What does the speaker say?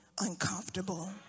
uncomfortable